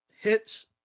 hits